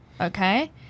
okay